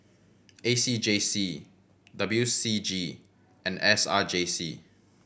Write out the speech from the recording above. A C J C W C G and S R J C